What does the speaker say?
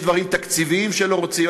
יש דברים תקציביים שלא רוצים,